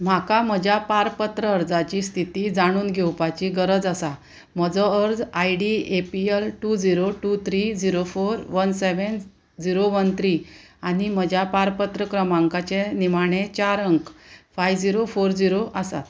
म्हाका म्हज्या पारपत्र अर्जाची स्थिती जाणून घेवपाची गरज आसा म्हजो अर्ज I D A P L two zero two three zero four one seven zero one three आनी म्हज्या पारपत्र क्रमांकाचे निमाणें चार अंक फायव झिरो फोर झिरो आसात